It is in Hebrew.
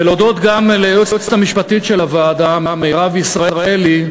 ולהודות גם ליועצת המשפטית של הוועדה מירב ישראלי,